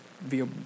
via